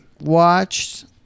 watched